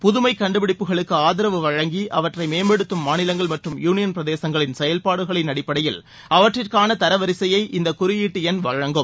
புதுமைக் கண்டுபிடிப்புகளுக்கு ஆதரவு வழங்கி அவற்றை மேம்படுத்தும் மாநிலங்கள் மற்றும் யூனியன் பிரதேசங்களின் செயல்பாடுகளின் அடிப்படையில் அவற்றிற்கான தரவரிசையை இந்தக் குறியீட்டு எண் வழங்கும்